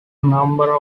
number